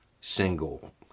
single